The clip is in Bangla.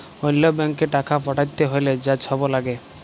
অল্য ব্যাংকে টাকা পাঠ্যাতে হ্যলে যা ছব ল্যাগে